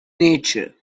nature